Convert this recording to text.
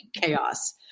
chaos